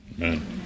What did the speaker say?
Amen